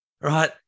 Right